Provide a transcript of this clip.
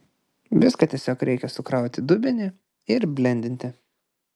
viską tiesiog reikia sukrauti į dubenį ir blendinti